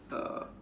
uh